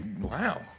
Wow